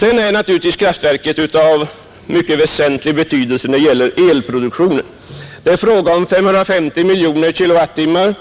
Vidare är naturligtvis kraftverket av mycket väsentlig betydelse när det gäller elproduktionen. Det är fråga om 550 miljoner kilowattimmar,